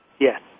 Yes